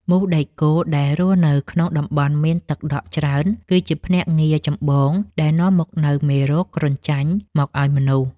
មូសដែកគោលដែលរស់នៅក្នុងតំបន់មានទឹកដក់ច្រើនគឺជាភ្នាក់ងារចម្បងដែលនាំមកនូវមេរោគគ្រុនចាញ់មកឱ្យមនុស្ស។